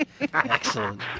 Excellent